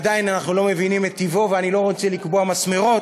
עדיין אנחנו לא מבינים את טיבו ואני לא רוצה לקבוע מסמרות